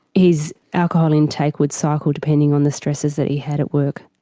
his alcohol intake would cycle depending on the stresses that he had at work.